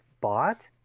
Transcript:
bought